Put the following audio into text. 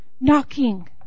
Knocking